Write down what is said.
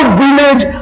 village